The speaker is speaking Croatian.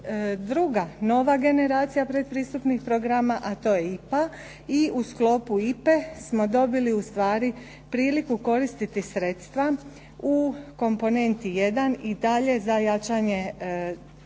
druga, nova generacija pretpristupnih programa, a to je IPA i u sklopu IPA-e smo dobili ustvari priliku koristiti sredstva u komponenti 1 i dalje za jačanje